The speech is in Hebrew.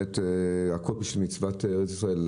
הכול בשביל מצוות ארץ ישראל.